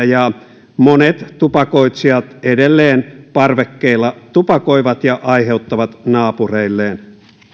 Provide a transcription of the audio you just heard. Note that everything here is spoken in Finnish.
ja monet tupakoitsijat edelleen parvekkeilla tupakoivat ja aiheuttavat naapureilleen